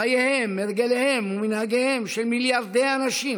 חייהם, הרגליהם ומנהגיהם של מיליארדי אנשים